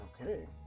Okay